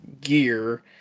gear